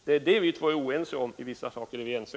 Det är det vi två är oense om — i vissa saker är vi ense.